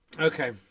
Okay